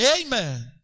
Amen